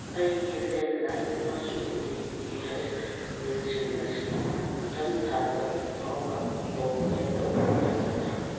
ꯑꯩꯒꯤ ꯂꯦꯟꯂꯥꯏꯟ ꯑꯃꯁꯨꯡ ꯗꯤ ꯗꯤ ꯍꯩꯁ ꯕꯤꯜꯁꯤꯡ ꯑꯁꯤ ꯃꯊꯪ ꯊꯥ ꯇꯔꯨꯛ ꯐꯥꯎꯕ ꯑꯣꯇꯣꯄ꯭ꯂꯦ ꯇꯧꯕ ꯌꯥꯒꯗ꯭ꯔꯥ